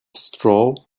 straw